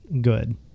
good